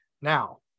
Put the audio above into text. Now